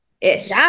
ish